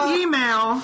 email